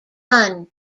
run